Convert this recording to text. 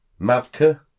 Mavka